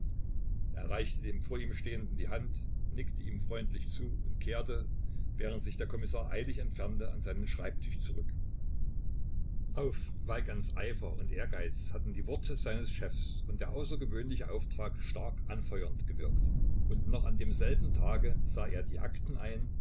reichte dem vor ihm stehenden die hand nickte ihm freundlich zu und kehrte während sich der kommissar eilig entfernte an seinen schreibtisch zurück auf weigands eifer und ehrgeiz hatten die worte seines chefs und der außergewöhnliche auftrag stark anfeuernd gewirkt und noch an demselben tage sah er die akten ein